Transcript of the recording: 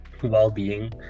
well-being